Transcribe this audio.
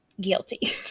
guilty